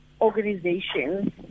organizations